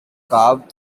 carved